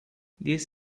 these